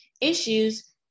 issues